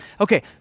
Okay